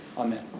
Amen